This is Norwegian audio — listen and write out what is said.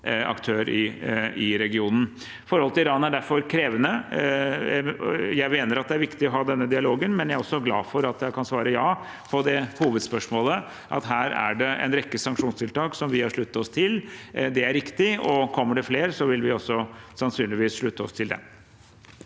aktør i regionen. Forholdet til Iran er derfor krevende. Jeg mener det er viktig å ha denne dialogen, men jeg er også glad for at jeg kan svare ja på hovedspørsmålet – her er det en rekke sanksjonstiltak vi har sluttet oss til. Det er riktig, og kommer det flere, vil vi sannsynligvis også slutte oss til dem.